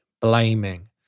blaming